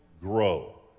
grow